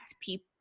people